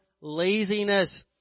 laziness